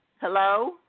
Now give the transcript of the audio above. Hello